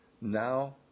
Now